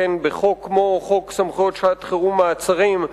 בחוק כמו חוק סמכויות שעת-חירום (מעצרים),